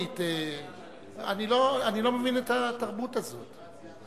אני לא מבין את התרבות הזאת.